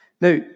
Now